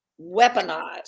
weaponized